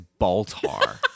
Baltar